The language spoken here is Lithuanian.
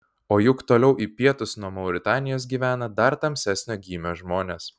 o juk toliau į pietus nuo mauritanijos gyvena dar tamsesnio gymio žmonės